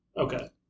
Okay